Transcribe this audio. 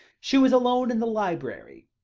she was alone in the library,